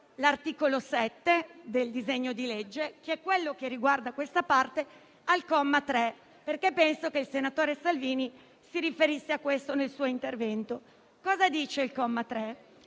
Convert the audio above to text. l'articolo 7 del disegno di legge - non vorrei mai essermi confusa - che riguarda questa parte al comma 3, perché penso che il senatore Salvini si riferisse a questo nel suo intervento. Cosa dice il comma 3?